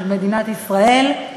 של מדינת ישראל.